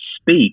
speak